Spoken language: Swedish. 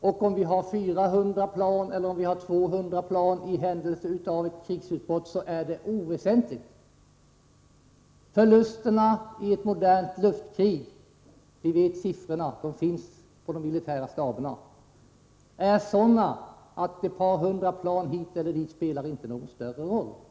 Om vi har 400 plan eller 200 plan i händelse av ett krigsutbrott är oväsentligt. Förlusterna i ett modernt luftkrig är kända; siffrorna finns på de militära staberna. Förlustsiffrorna är sådana att ett par hundra plan hit eller dit inte spelar någon större roll.